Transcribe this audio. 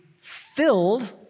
filled